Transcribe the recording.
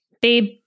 babe